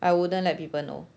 I wouldn't let people know